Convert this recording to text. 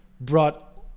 brought